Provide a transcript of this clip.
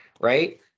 right